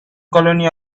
colony